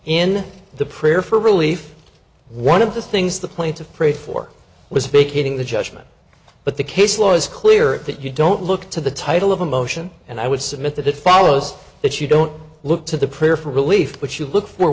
in the prayer for relief one of the things the plaintiff prayed for was vacating the judgment but the case law is clear that you don't look to the title of a motion and i would submit that it follows that you don't look to the prayer for relief but you look for